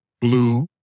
Blue